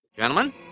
Gentlemen